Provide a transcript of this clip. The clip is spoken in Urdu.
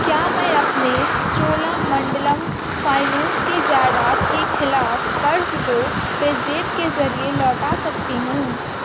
کیا میں اپنے چولا منڈلم فائننس کے جائیداد کے خلاف قرض کو پے زیپ کے ذریعے لوٹا سکتی ہوں